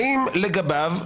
האם לגביו,